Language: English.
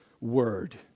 word